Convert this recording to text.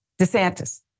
DeSantis